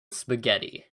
spaghetti